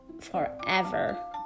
forever